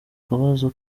akabazo